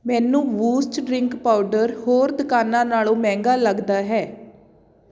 ਮੈਨੂੰ Boost drink powder ਹੋਰ ਦੁਕਾਨਾਂ ਨਾਲੋਂ ਮਹਿੰਗਾ ਲੱਗਦਾ ਹੈ